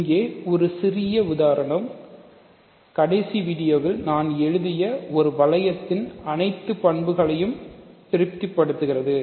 இங்கே இந்த சிறிய உதாரணம் கடைசி வீடியோவில் நான் எழுதிய ஒரு வளையத்தின் அனைத்து பண்புகளையும் திருப்திப்படுத்துகிறது